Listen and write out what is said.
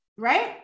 Right